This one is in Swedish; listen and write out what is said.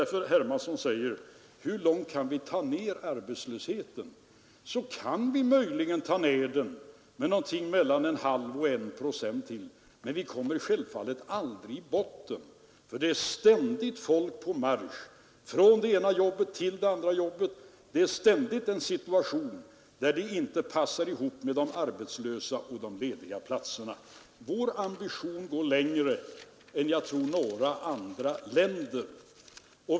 När herr Hermansson frågar hur långt vi kan ta ned arbetslösheten, vill jag svara att vi möjligen kan ta ned den med någonting mellan 0,5 och 1 procent, men vi når självfallet aldrig botten. Folk är ständigt på marsch från det ena jobbet till det andra. Det råder ständigt en situation, där de arbetslösa inte passar ihop med de lediga platserna. Vår ambition går längre än i något annat land.